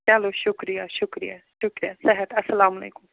چلو شُکریہ شُکریہ شُکریہ صحت اَسَلام علیکُم